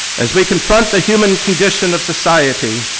as we confront the human condition of society,